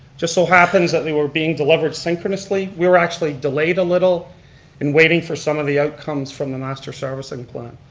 just so happens that they were being delivered synchronously. we were actually delayed a little in waiting for some of the outcomes from the master servicing plan.